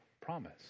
promise